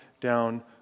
down